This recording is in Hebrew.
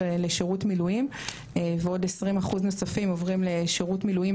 לשירות מילואים ועוד 20 אחוז נוספים עוברים לשירות מילואים